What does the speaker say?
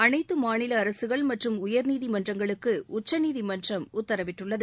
அனைத்து மாநில அரசுகள் மற்றும் உயா்நீதிமன்றங்களுக்கு உச்சநீதிமன்றம் உத்தரவிட்டுள்ளது